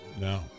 No